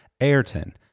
Ayrton